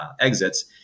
exits